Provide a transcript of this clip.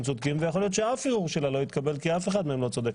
צודקים ויכול להיות שאף ערעור שלה לא יתקבל כי אף אחד מהם לא צודק,